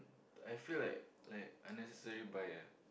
I feel like like unnecessary buy eh